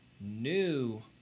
new